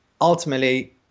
ultimately